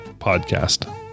podcast